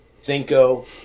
Cinco